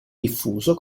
diffuso